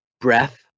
breath